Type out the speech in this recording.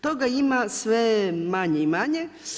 Toga ima sve manje i manje.